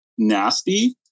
nasty